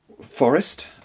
forest